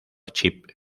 chip